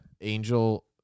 Angel